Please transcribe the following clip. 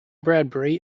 bradbury